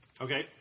Okay